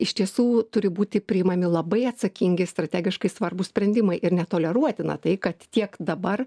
iš tiesų turi būti priimami labai atsakingi strategiškai svarbūs sprendimai ir netoleruotina tai kad tiek dabar